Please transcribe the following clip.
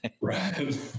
Right